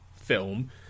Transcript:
film